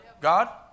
God